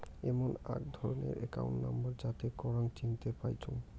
এমন আক ধরণের একাউন্ট নম্বর যাতে করাং চিনতে পাইচুঙ